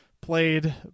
played